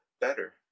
better